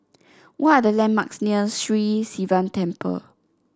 what are the landmarks near Sri Sivan Temple